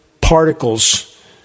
particles